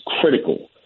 critical